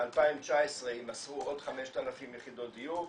ב-2019 יימסרו עוד 5,000 יחידות דיור.